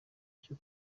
cyo